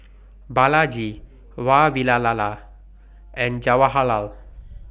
Balaji Vavilala and Jawaharlal